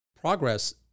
Progress